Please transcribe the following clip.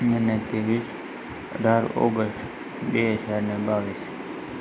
અને ત્રેવીસ અઢાર ઓગસ્ટ બે હજાર ને બાવીસ